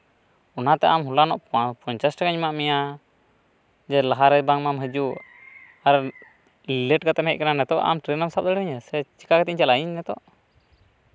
ᱚᱱᱟᱛᱮ ᱟᱢ ᱦᱚᱞᱟᱱᱚᱜ ᱯᱚᱧᱪᱟᱥ ᱴᱟᱠᱟᱧ ᱮᱢᱟᱫ ᱢᱮᱭᱟ ᱡᱮ ᱞᱟᱦᱟᱨᱮ ᱵᱟᱝᱢᱟᱢ ᱦᱤᱡᱩᱜ ᱟᱨ ᱞᱮᱴ ᱠᱟᱛᱮᱢ ᱦᱮᱡ ᱟᱠᱟᱱᱟ ᱱᱤᱛᱚᱜ ᱟᱢ ᱴᱨᱮᱱ ᱥᱟᱵ ᱫᱟᱲᱮᱭᱟᱹᱧᱼᱟ ᱥᱮ ᱪᱤᱠᱟ ᱠᱟᱛᱮᱫ ᱤᱧ ᱪᱟᱞᱟᱜᱼᱟ ᱤᱧ ᱱᱤᱛᱚᱜ